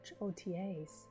OTAs